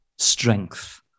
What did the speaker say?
Strength